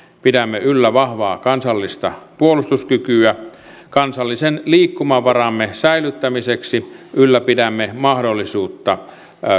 pidämme yllä vahvaa kansallista puolustuskykyä kansallisen liikkumavaramme säilyttämiseksi ylläpidämme mahdollisuutta